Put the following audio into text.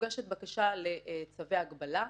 מוגשת בקשה לצווי הגבלה,